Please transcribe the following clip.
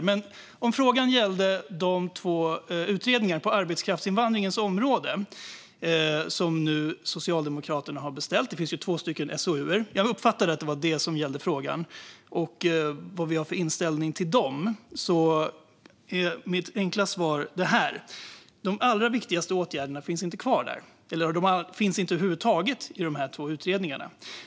Men om frågan gällde de två utredningarna på arbetskraftsinvandringens område som Socialdemokraterna har beställt - jag uppfattade att det var dessa båda SOU:er frågan gällde - och vad vi har för inställning till dem är mitt enkla svar det här: De allra viktigaste åtgärderna finns inte kvar där, eller de finns inte över huvud taget i de här två utredningarna.